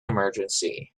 emergency